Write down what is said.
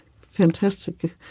fantastic